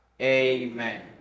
Amen